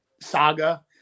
saga